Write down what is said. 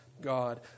God